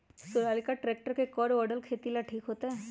Sonalika tractor के कौन model खेती ला ठीक होतै?